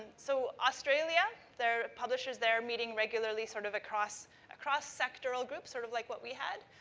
so, australia, their publishers, they're meeting regularly, sort of across across sectoral groups, sort of like what we had,